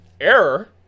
Error